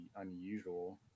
unusual